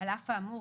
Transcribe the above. על אף האמור,